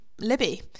Libby